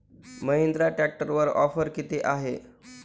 महिंद्रा ट्रॅक्टरवर ऑफर किती आहे?